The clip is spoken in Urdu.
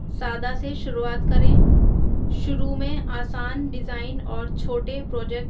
سادہ سے شروعات کریں شروع میں آسان ڈیزائن اور چھوٹے پروجیکٹ